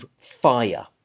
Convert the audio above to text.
fire